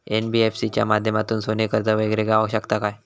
NBFC च्या माध्यमातून सोने कर्ज वगैरे गावात शकता काय?